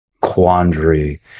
quandary